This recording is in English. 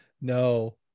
No